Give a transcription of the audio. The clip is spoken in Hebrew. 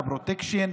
בפרוטקשן,